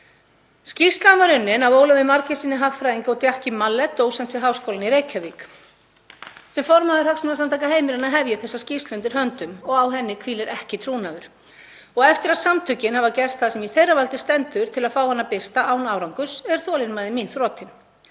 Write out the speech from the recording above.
Skýrslan var unnin af Ólafi Margeirssyni hagfræðingi og Jacky Mallett, dósent við Háskólann í Reykjavík. Sem formaður Hagsmunasamtaka heimilanna hef ég þessa skýrslu undir höndum og á henni hvílir ekki trúnaður. Eftir að samtökin hafa gert það sem í þeirra valdi stendur til að fá hana birta án árangurs er þolinmæði mín þrotin.